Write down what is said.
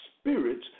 spirits